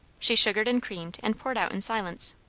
she sugared and creamed, and poured out in silence.